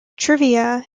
trivia